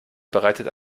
bereitet